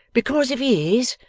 because if he is,